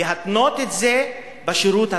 להתנות בשירות הצבאי.